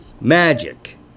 Magic